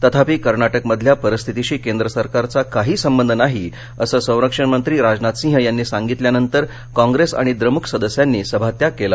तथापि कर्नाटकमधल्या परिस्थितीशी केंद्र सरकारचा काही संबंध नाही असं संरक्षण मंत्री राजनाथसिंह यांनी सांगितल्यानंतर कॉगेस आणिद्रमुक सदस्यांनी सभात्याग केला